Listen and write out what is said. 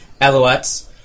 Alouettes